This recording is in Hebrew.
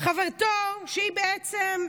חברתו שהיא בעצם,